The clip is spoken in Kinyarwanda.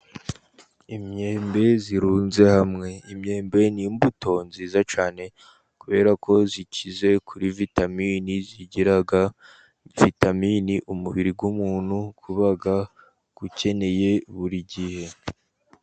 Imyembe irunze hamwe, imyembe ni imbuto nziza cyane kubera ko ikize kuri vitamini ,igira vitamini umubiri w'umuntu uba ukeneye buri gihe.